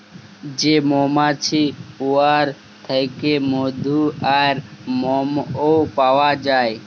যে মমাছি উয়ার থ্যাইকে মধু আর মমও পাউয়া যায়